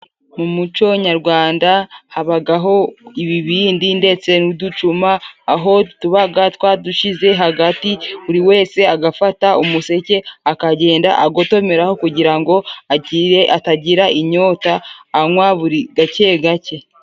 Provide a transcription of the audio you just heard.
Mu muco nyarwanda habagaho ibibindi ndetse n'uducuma. Aho tubaga twadushyize hagati buri wese agafata umuseke akagenda agotomeraho, kugira ngo atagira inyota anywa buri gake gake.